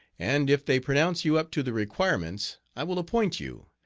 and if they pronounce you up to the requirements i will appoint you.